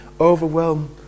overwhelm